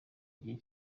gihe